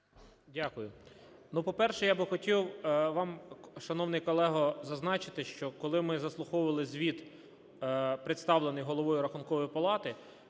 Дякую. Ну, по-перше, я би хотів вам, шановний колего, зазначити, що коли ми заслуховували звіт, представлений Головою Рахункової палати,